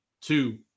two